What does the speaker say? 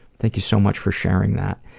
thank you so much for sharing that.